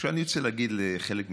אני רוצה להגיד לחלק מחבריי: